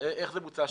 איך זה בוצע שם?